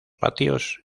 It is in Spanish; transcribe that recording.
patios